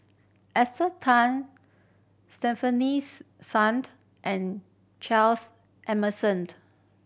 Esther Tan Stefanies Suned and Charles Emmersoned